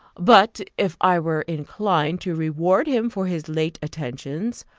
but if i were inclined to reward him for his late attentions,